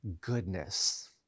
goodness